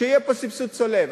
שיהיה פה סבסוד צולב.